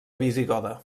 visigoda